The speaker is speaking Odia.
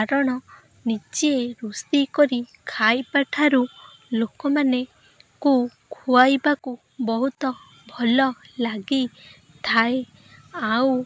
କାରଣ ନିଜେ ରୋଷେଇ କରି ଖାଇବା ଠାରୁ ଲୋକମାନେ କୁ ଖୁଆଇବାକୁ ବହୁତ ଭଲ ଲାଗିଥାଏ ଆଉ